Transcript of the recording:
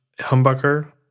humbucker